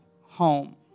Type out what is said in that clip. home